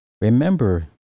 remember